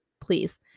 please